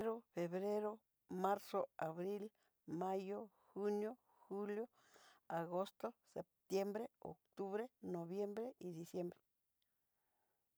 Enero, febrero, marzo, abril, mayo, junio, julio, agosto, septiembre, octubre, noviembre y diciembre.